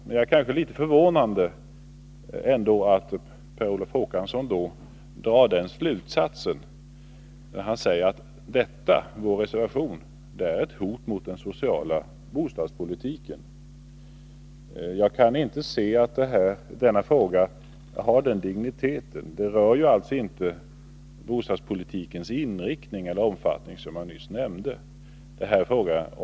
Det är ändå litet förvånande att Per Olof Håkansson drar slutsatsen att vår reservation är ett hot mot den sociala bostadspolitiken. Jag kan inte finna att frågan har den digniteten. Frågan om hur lånen skall administreras rör ju inte bostadspolitikens inriktning eller omfattning, som jag nyss nämnde.